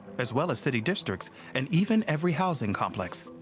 as well as city districts and even every housing complex.